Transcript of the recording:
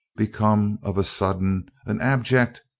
become of a sudden, an abject,